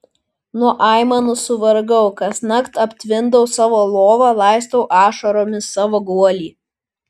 nuo aimanų suvargau kasnakt aptvindau savo lovą laistau ašaromis savo guolį